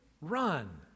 run